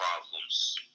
problems